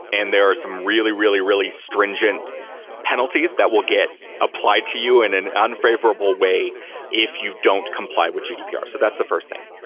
and there are some really, really, really stringent penalties that will get applied to you in an unfavorable way if you don't comply with gdpr. so that's the first thing.